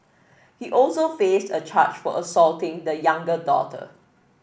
he also faced a charge for assaulting the younger daughter